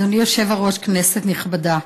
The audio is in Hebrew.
אדוני היושב-ראש, כנסת נכבדה,